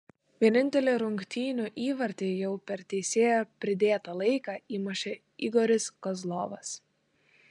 vienintelį rungtynių įvartį jau per teisėjo pridėtą laiką įmušė igoris kozlovas